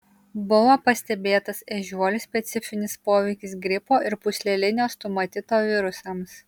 buvo pastebėtas ežiuolių specifinis poveikis gripo ir pūslelinio stomatito virusams